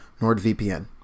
NordVPN